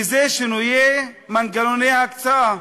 וזה שינויי מנגנוני ההקצאה.